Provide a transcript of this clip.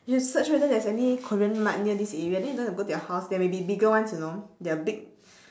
you search whether there's any korean mart near this area then you don't have to go to your house there may be bigger ones you know they are big